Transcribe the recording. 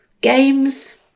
Games